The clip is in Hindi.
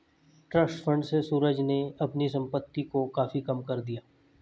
ट्रस्ट फण्ड से सूरज ने अपने संपत्ति कर को काफी कम कर दिया